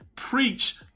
Preach